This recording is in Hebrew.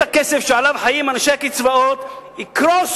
הכסף שעליו חיים אנשי הקצבאות יקרוס.